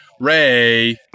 Ray